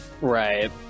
right